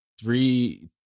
three